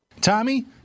Tommy